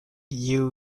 you